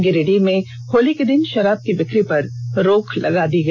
गिरिडीह में होली के दिन शराब की बिकी पर रोक लगा दी गई है